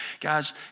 guys